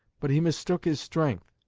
but he mistook his strength.